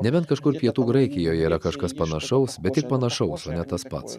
nebent kažkur pietų graikijoj yra kažkas panašaus bet tik panašaus o ne tas pats